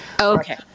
Okay